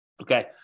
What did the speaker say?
Okay